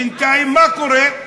בינתיים מה קורה?